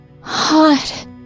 Hot